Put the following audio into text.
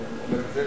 ואני אומר את זה,